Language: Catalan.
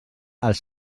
els